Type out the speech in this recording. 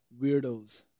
weirdos